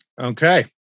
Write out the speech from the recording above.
Okay